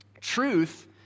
Truth